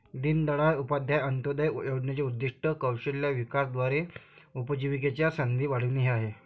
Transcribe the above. दीनदयाळ उपाध्याय अंत्योदय योजनेचे उद्दीष्ट कौशल्य विकासाद्वारे उपजीविकेच्या संधी वाढविणे हे आहे